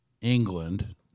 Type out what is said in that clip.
England